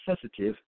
sensitive